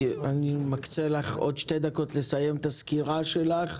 אני מקצה לך עוד שתי דקות לסיים את הסקירה שלך,